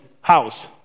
house